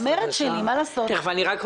אחרי 31 שנה בכנסת למדתי מהר מאוד להיות